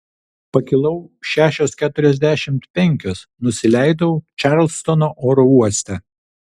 pakilau šešios keturiasdešimt penkios nusileidau čarlstono oro uoste